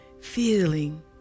feeling